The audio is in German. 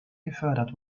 gefördert